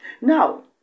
Now